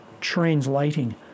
translating